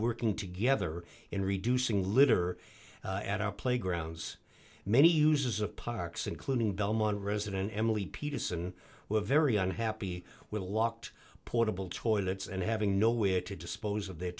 working together in reducing litter at our playgrounds many uses of parks including belmont resident emily peterson were very unhappy with a locked portable toilets and having nowhere to dispose of their